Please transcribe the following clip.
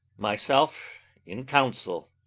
myself in counsel,